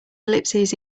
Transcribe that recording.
ellipses